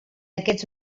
aquests